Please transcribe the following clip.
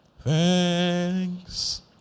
thanks